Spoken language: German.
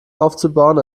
aufzubauen